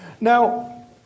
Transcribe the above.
Now